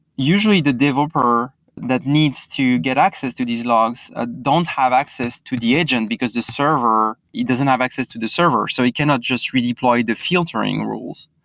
usually the developer that needs to get access to these logs ah don't have access to the agent, because the server it doesn't have access to the server. so it cannot just redeploy the filtering rules.